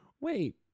Wait